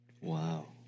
Wow